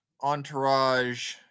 entourage